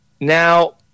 Now